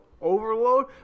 overload